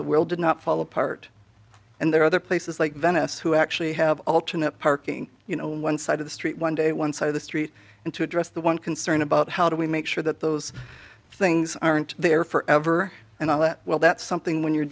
the world did not fall apart and there are other places like venice who actually have alternate parking you know one side of the street one day one side of the street and to address the one concern about how do we make sure that those things aren't there forever and all that well that something when you're